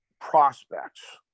prospects